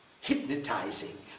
Hypnotizing